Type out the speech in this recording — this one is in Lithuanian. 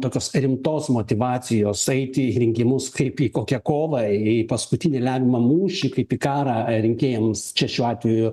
tokios rimtos motyvacijos eiti į rinkimus kaip į kokią kovą į į paskutinį lemiamą mūšį kaip į karą rinkėjams čia šiuo atveju